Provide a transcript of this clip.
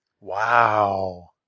wow